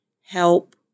help